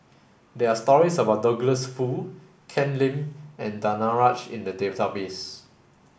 there are stories about Douglas Foo Ken Lim and Danaraj in the database